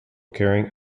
carrying